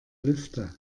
lüfte